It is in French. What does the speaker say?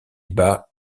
bat